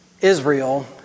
Israel